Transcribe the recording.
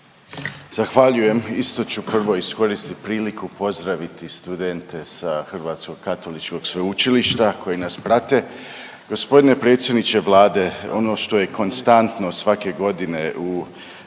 Zahvaljujem. Isto ću prvo iskoristiti priliku pozdraviti studente sa Hrvatskog katoličkog sveučilišta koji nas prate. Gospodine predsjedniče Vlade ono što je konstantno svake godine u državnom